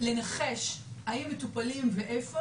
לנחש האם מטופלים ואיפה,